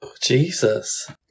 Jesus